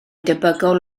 debygol